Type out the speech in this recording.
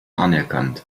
anerkannt